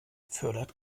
fördert